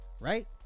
right